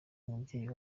umubyeyi